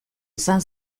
izan